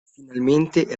finalmente